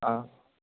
ஆ